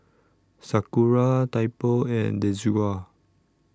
Sakura Typo and Desigual